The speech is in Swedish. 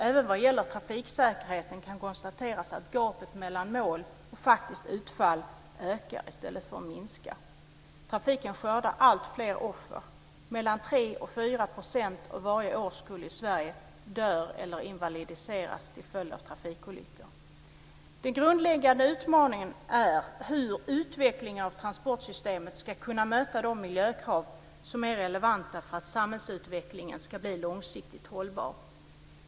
Även vad gäller trafiksäkerheten kan konstateras att gapet mellan mål och faktiskt utfall ökar i stället för att minska. Trafiken skördar alltfler offer. Mellan 3 och 4 % av varje årskull i Sverige dör eller invalidiseras till följd av trafikolyckor. Den grundläggande utmaningen är hur utvecklingen av transportsystemet ska kunna möta de miljökrav som är relevanta för att samhällsutvecklingen ska bli långsiktigt hållbar.